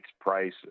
price